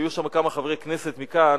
והיו שם כמה חברי כנסת מכאן,